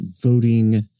voting